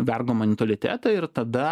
vergo manitulitetą ir tada